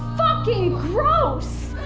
fucking gross!